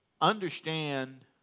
understand